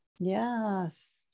Yes